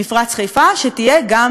שתהיה גם מתוקצבת,